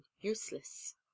useless